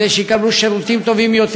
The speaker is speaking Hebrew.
כדי שיקבלו שירותים טובים יותר,